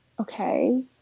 Okay